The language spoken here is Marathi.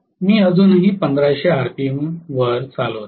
मी अजूनही १५०० आरपीएमवर हे चालवतोय